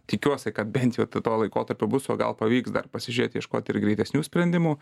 tikiuosi kad bent jau tuo laikotarpiu bus o gal pavyks dar pasižiūrėt ieškot ir greitesnių sprendimų